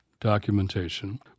documentation